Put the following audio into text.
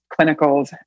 clinicals